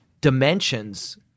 dimensions